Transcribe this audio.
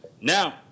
Now